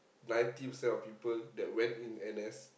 ninety percent of people that went in N_S